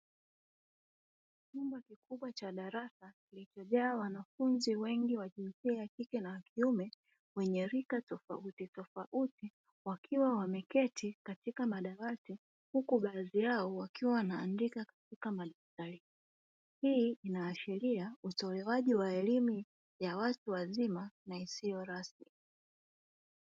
Chumba kikubwa cha darasa kilichojaa wanafunzi wengi wa jinsia ya kike na kiume wenye rika tofauti tofauti wakiwa wameketi katika madawati huku baadhi yao wakiwa wanaandika katika madaftari, hii inaashiria utolewaji wa elimu ya watu wazima na isiyo rasmi.